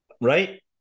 right